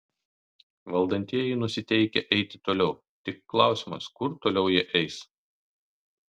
valdantieji nusiteikę eiti toliau tik klausimas kur toliau jie eis